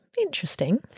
Interesting